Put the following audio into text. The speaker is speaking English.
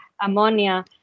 ammonia